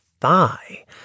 thigh